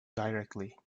directly